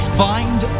find